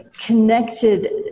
connected